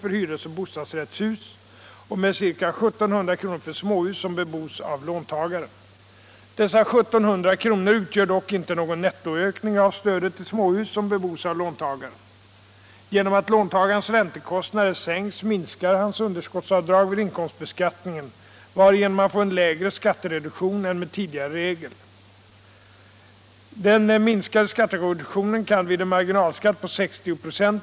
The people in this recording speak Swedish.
för hyresoch bostadsrättshus och med ca 1 700 kr. för småhus som bebos av låntagaren. Dessa 1 700 kr. utgör dock inte någon nettoökning av stödet till småhus som bebos av låntagaren. Genom att låntagarens räntekostnader sänks minskar hans underskottsavdrag vid inkomstbeskattningen, varigenom han får en lägre skattereduktion än med tidigare regler. Den minskade skattereduktionen kan vid en marginalskatt på 60 ".